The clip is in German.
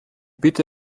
bitte